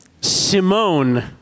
Simone